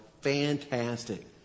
fantastic